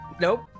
nope